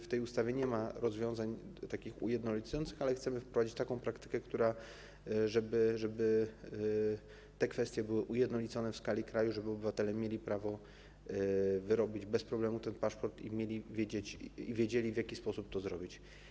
W ustawie nie ma rozwiązań ujednolicających, ale chcemy wprowadzić taką praktykę, żeby te kwestie były ujednolicone w skali kraju, żeby obywatele mieli prawo wyrobić bez problemu paszport i wiedzieli, w jaki sposób to zrobić.